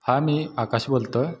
हा मी आकाश बोलतो आहे